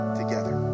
together